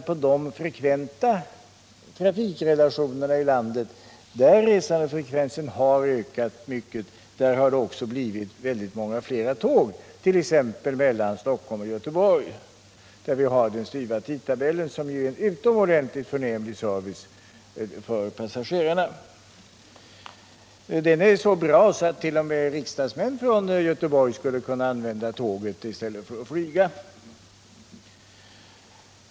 På de frekventa trafikrelationerna i landet där resandefrekvensen har ökat mycket har det också blivit många fler tåg, t.ex. mellan Stockholm och Göteborg där vi har den styva tidtabellen som är en utomordentligt förnämlig service för passagerarna. Den är så bra attt.o.m. riksdagsmän från Göteborg skulle kunna använda tåget i stället för att flyga.